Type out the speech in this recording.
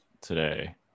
today